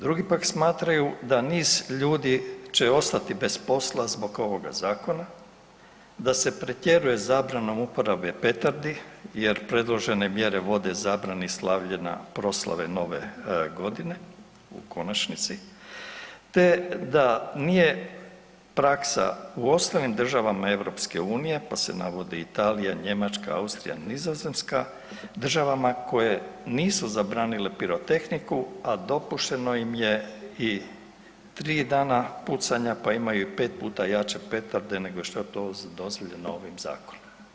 Drugi pak smatraju da niz ljudi će ostati bez posla zbog ovoga zakona, da se pretjeruje zabranom uporabe petardi jer predložene mjere vode zabrani slavljenja proslave Nove Godine u konačnici, te da nije praksa u ostalim državama EU, pa se navodi Italija, Njemačka, Austrija, Nizozemska, državama koje nisu zabranile pirotehniku, a dopušteno im je i 3 dana pucanja, pa imaju 5 puta jače petarde nego što je to dozvoljeno ovim zakonom.